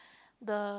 the